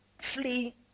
Flee